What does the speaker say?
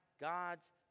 God's